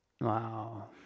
Wow